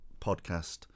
podcast